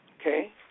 Okay